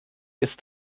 ist